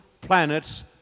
planets